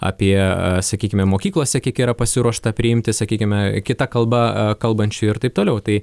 apie sakykime mokyklose kiek yra pasiruošta priimti sakykime kita kalba kalbančiųjų ir taip toliau tai